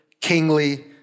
kingly